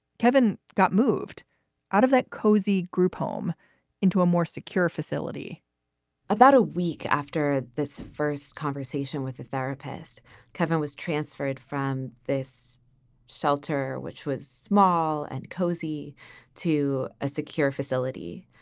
kevin got moved out of that cozy group home into a more secure facility about a week after this first conversation with the therapist kevin was transferred from this shelter, which was small and cozy to a secure facility.